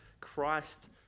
Christ